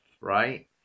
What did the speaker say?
right